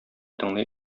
тыңлый